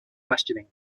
questioning